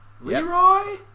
Leroy